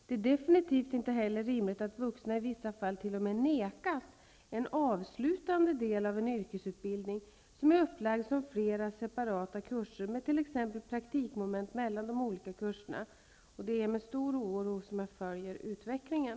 Det är definitivt inte heller rimligt att vuxna i vissa fall t.o.m. nekas en avslutande del av en yrkesutbildning som är upplagd som flera separata kurser med t.ex. praktikmoment mellan de olika kurserna. Det är med stor oro jag följer utvecklingen.